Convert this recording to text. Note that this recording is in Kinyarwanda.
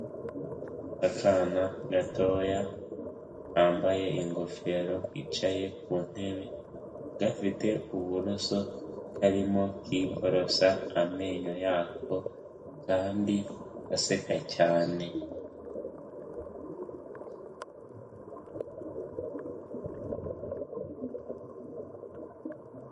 Akana gatoya kambaye ingofero kicaye ku ntebe gafite uburoso, karimo kiborosa amenyo yako kandi aseka cyane.